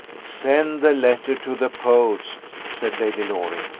send the letter to the post, said lady loring,